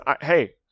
hey